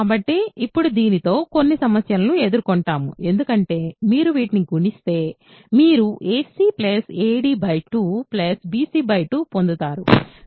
కాబట్టి ఇప్పుడు దీనితో కొన్ని సమస్యలను ఎదుర్కొంటాము ఎందుకంటే మీరు వీటిని గుణిస్తే మీరు a c ad 2 bc 2 పొందుతారు